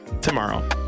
Tomorrow